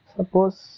Suppose